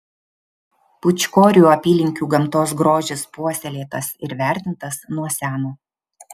pūčkorių apylinkių gamtos grožis puoselėtas ir vertintas nuo seno